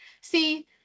see